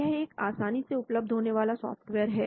यह एक आसानी से उपलब्ध होने वाला सॉफ्टवेयर है